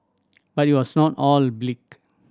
but it was not all bleak